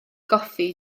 goffi